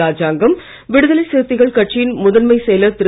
ராஜாங்கம் விடுதலை சிறுத்தைகள் கட்சியின் முதன்மை செயலர் திரு